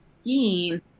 skiing